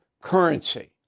currency